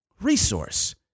resource